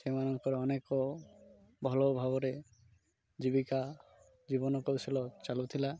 ସେମାନଙ୍କର ଅନେକ ଭଲ ଭାବରେ ଜୀବିକା ଜୀବନ କୌଶଳ ଚାଲୁଥିଲା